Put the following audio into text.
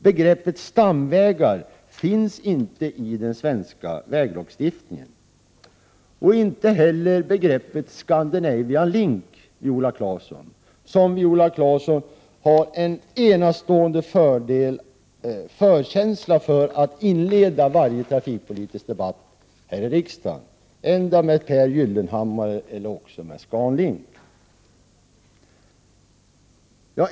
Begreppet stamvägar finns inte i den svenska lagstiftningen, liksom inte heller begreppet Scandinavian Link som Viola Claesson har en enastående förkärlek för att inleda varje trafikpolitisk debatt med här i riksdagen. Endera inleder hon debatten med Per Gyllenhammar eller också med ScanLink.